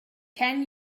can